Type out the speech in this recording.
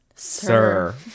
sir